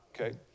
okay